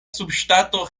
subŝtato